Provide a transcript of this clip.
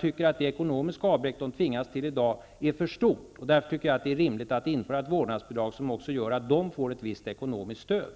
Det ekonomiska avbräck de då tvingas till i dag är för stort, varför jag tycker att det är rimligt att införa ett vårdnadsbidrag som gör att också de får ett visst ekonomiskt stöd.